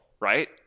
right